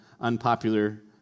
unpopular